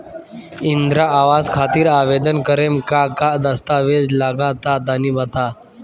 इंद्रा आवास खातिर आवेदन करेम का का दास्तावेज लगा तऽ तनि बता?